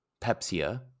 pepsia